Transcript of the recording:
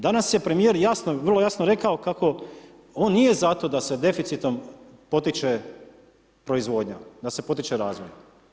Danas je premijer jasno vrlo jasno rekao kako on nije za to se deficitom potiče proizvodnja, da se potiče razvoj.